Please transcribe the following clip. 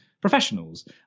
professionals